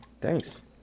thanks